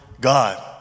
God